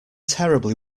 terribly